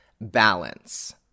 balance